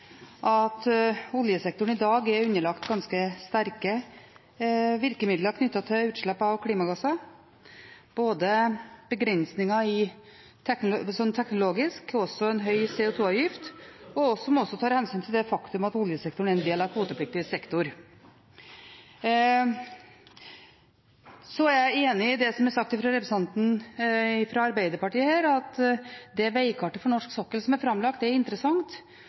at oljesektoren i dag er underlagt ganske sterke virkemidler knyttet til utslipp av klimagasser, både begrensninger teknologisk og også en høy CO2-avgift, og som også tar hensyn til det faktum at oljesektoren er en del av kvotepliktig sektor. Så er jeg enig i det som er sagt fra representanten fra Arbeiderpartiet, at det veikartet for norsk sokkel som er framlagt, er interessant.